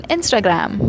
Instagram